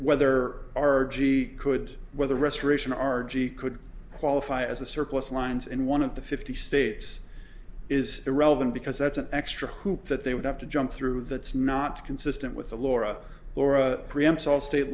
weather argy could weather restoration argy could qualify as a surplus lines and one of the fifty states is irrelevant because that's an extra hoop that they would have to jump true that's not consistent with the laura laura preempts all state